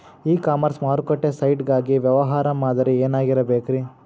E commerce ಮಾರುಕಟ್ಟೆ site ಗಾಗಿ ವ್ಯವಹಾರ ಮಾದರಿ ಏನಾಗಿರಬೇಕ್ರಿ?